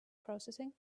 processing